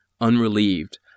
unrelieved